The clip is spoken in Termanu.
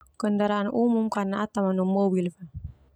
Kendaraan umum karna au tamanu mobil.